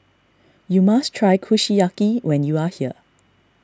you must try Kushiyaki when you are here